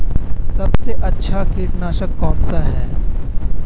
सबसे अच्छा कीटनाशक कौन सा है?